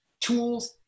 tools